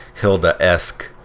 Hilda-esque